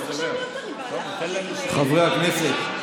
חברי הכנסת,